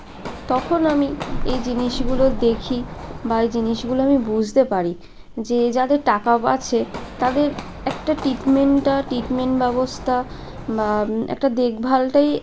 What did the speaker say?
তখন আমি এই জিনিসগুলো দেখি বা এই জিনিসগুলো আমি বুঝতে পারি যে যাদের টাকা বা আছে তাদের একটা ট্রিটমেন্টাটা ট্রিটমেন্ট ব্যবস্থা বা একটা দেখভালটাই